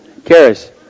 Karis